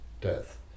death